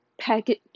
package